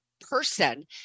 person